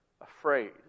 afraid